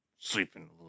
Sleeping